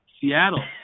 Seattle